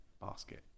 basket